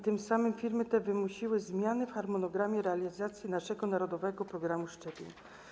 Tym samym firmy te wymusiły zmiany w harmonogramie realizacji naszego narodowego programu szczepień.